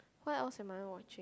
what else am I watched